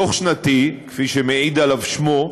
דוח שנתי, כפי שמעיד עליו שמו,